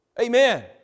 Amen